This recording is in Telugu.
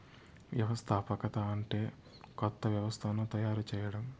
వ్యవస్థాపకత అంటే కొత్త వ్యవస్థను తయారు చేయడం